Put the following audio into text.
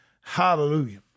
Hallelujah